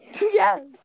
Yes